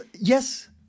yes